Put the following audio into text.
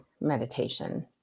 meditation